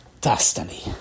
destiny